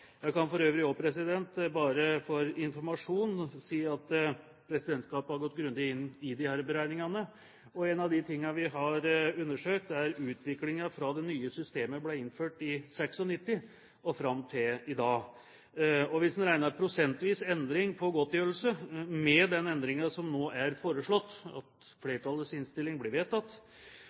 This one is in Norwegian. jeg for øvrig si at presidentskapet har gått grundig inn disse beregningene, og en av tingene vi har undersøkt, er utviklingen fra det nye systemet ble innført i 1996 og fram til i dag. Hvis en regner prosentvis endring for godtgjørelse – med den endringen som nå er foreslått, og flertallets innstilling blir vedtatt